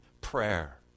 prayer